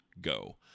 go